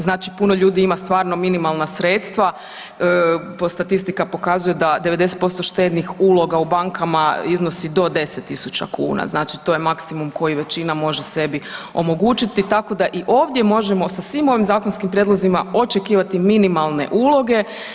Znači puno ljudi ima stvarno minimalna sredstva, statistika pokazuje da 90% štednih uloga u bankama iznosi do 10.000 kuna, znači to je maksimum koji većina može sebi omogućiti tako da i ovdje možemo sa svim ovim zakonskim prijedlozima očekivati minimalne uloge.